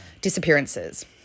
disappearances